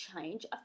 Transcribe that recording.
change